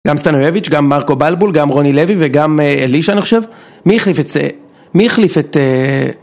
גם סטנוייביץ', גם מרקו בלבול, גם רוני לוי וגם אלישע אני חושב, מי יחליף את זה, מי יחליף את...